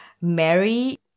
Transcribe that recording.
Mary